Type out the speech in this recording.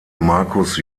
markus